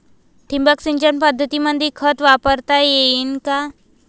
ठिबक सिंचन पद्धतीमंदी खत वापरता येईन का?